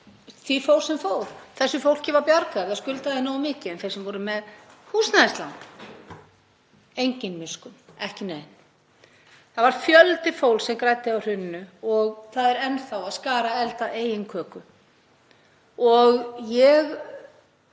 því fór sem fór. Þessu fólki var bjargað, það skuldaði nógu mikið. En þeir sem voru með húsnæðislán; engin miskunn, ekki nein. Það var fjöldi fólks sem græddi á hruninu og það er enn þá að skara eld að eigin köku. Það